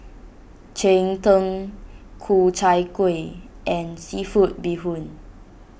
Cheng Tng Ku Chai Kuih and Seafood Bee Hoon